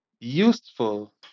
useful